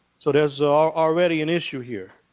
so there's ah already an issue here.